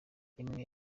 imwe